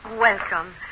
welcome